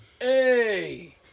Hey